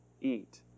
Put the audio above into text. eat